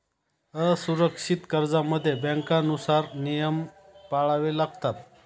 असुरक्षित कर्जांमध्ये बँकांनुसार नियम पाळावे लागतात